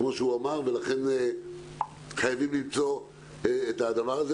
לכן חייבים למצוא פתרון.